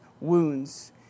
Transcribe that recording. wounds